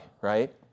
right